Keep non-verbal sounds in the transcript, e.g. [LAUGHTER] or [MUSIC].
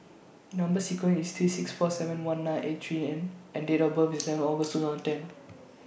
Number sequence IS T six four seven one nine eight three N and Date of birth IS eleven August twenty ten [NOISE]